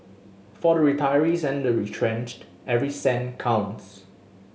for the retirees and the retrenched every cent counts